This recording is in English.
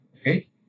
Okay